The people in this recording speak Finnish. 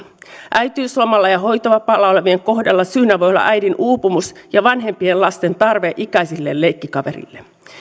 äitiyslomalla ja hoitovapaalla olevien kohdalla syynä voi olla äidin uupumus ja vanhempien lasten tarve ikäisilleen leikkikavereille